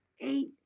eight